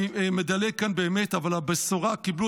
אני מדלג כאן באמת, אבל הוריו קיבלו